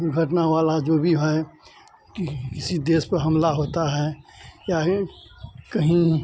घटना वाला जो भी है की किसी देश पर हमला होता है चाहे कहीं